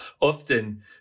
often